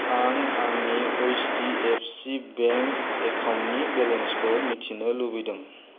आं आंनि ओइसडिएफसि बेंक एकाउन्टनि बेलेन्सखौ मिथिनो लुबैदों